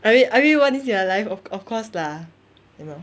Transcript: I mean I mean once in your life of of course lah ya